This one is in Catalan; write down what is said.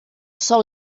sol